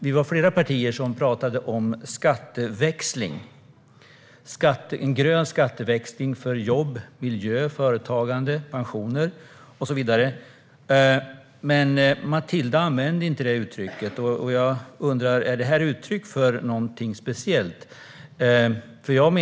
Vi var flera representanter för olika partier som talade om grön skatteväxling för jobb, miljö, företagande, pensioner och så vidare, men Matilda använde inte uttrycket skatteväxling. Jag undrar om det är uttryck för någonting speciellt.